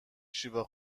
شیوا